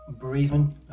breathing